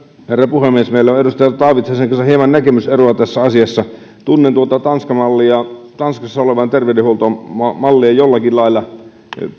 puhemies meillä on edustaja taavitsaisen kanssa hieman näkemyseroa tässä asiassa tunnen tuota tanskan mallia tanskassa olevaa terveydenhuoltomallia jollakin lailla